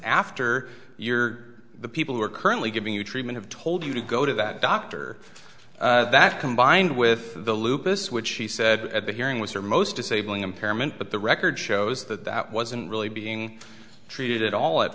after your the people who are currently giving you treatment have told you to go to that doctor that combined with the lupus which she said at the hearing was her most disabling impairment but the record shows that that wasn't really being treated at all